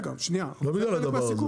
רגע שנייה אנחנו מדברים על חלק מהסיכון,